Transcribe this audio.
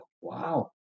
wow